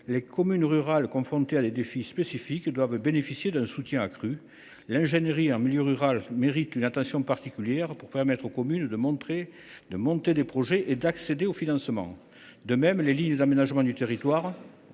Les communes rurales, confrontées à des défis spécifiques, doivent bénéficier d’un soutien accru. L’ingénierie en milieu rural mérite une attention particulière pour permettre aux communes de monter des projets et d’accéder aux financements. De même, les lignes d’aménagement du territoire